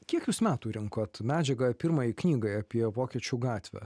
kiek jūs metų rinkot medžiagą pirmai knygai apie vokiečių gatvę